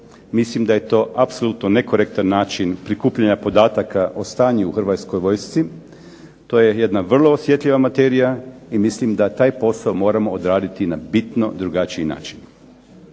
Mislim da je to apsolutno nekorektan način prikupljanja podataka o stanju u Hrvatskoj vojsci. To je jedna vrlo osjetljiva materija i mislim da taj posao moramo odraditi na bitno drugačiji način.